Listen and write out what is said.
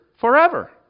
forever